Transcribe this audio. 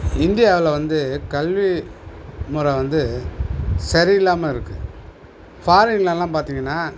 இந்தியாவில் வந்து கல்வி முறை வந்து சரி இல்லாமல் இருக்குது ஃபாரின்லலாம் பார்த்திங்கன்னா